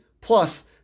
plus